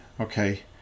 okay